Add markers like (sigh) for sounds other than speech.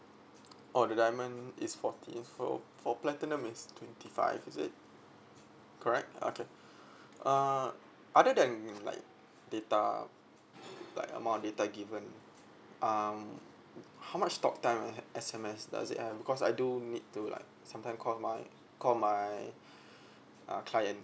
oh the diamond is forty for for platinum is twenty five is it correct okay (breath) uh other than like data like a more data given um how much talk time and S_M_S does it ya cause I do need to like sometime call my call my (breath) uh clients